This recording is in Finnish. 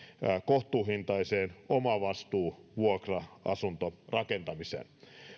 kohtuuhintaiseen omavastuuvuokra asuntorakentamiseen